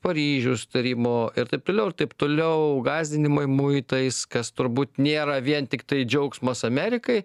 paryžius tarimo ir taip toliau ir taip toliau gąsdinimai muitais kas turbūt nėra vien tiktai džiaugsmas amerikai